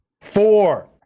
four